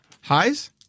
Highs